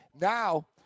Now